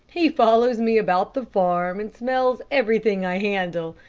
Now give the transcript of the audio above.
he follows me about the farm and smells everything i handle,